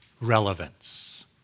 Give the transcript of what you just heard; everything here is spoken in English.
relevance